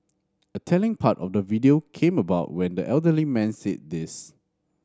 a telling part of the video came about when the elderly man said this